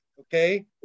Okay